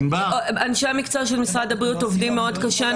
אנשי הבריאות של משרד הבריאות עובדים מאוד קשה.